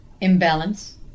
imbalance